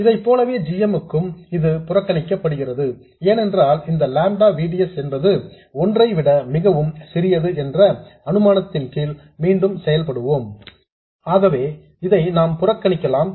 இதைப் போலவே g m க்கும் இது புறக்கணிக்கப்படுகிறது ஏனென்றால் இந்த லாம்டா V D S என்பது ஒன்றை விட மிகவும் சிறியது என்ற அனுமானத்தின் கீழ் மீண்டும் செயல்படுவோம் ஆகவே இதை நாம் புறக்கணிக்கலாம்